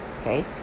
okay